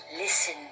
Listen